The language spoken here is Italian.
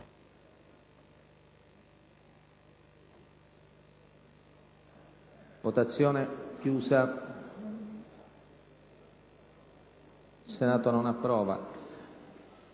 votazione). Il Senato non approva.